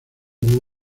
huevo